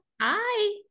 Hi